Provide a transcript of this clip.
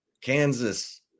Kansas